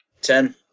Ten